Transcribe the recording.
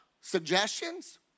suggestions